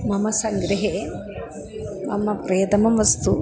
मम सङ्ग्रहे मम प्रियतमं वस्तु